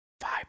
five